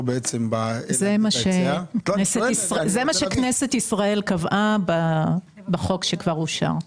--- זה מה שהכנסת קבעה בחוק שכבר אושר.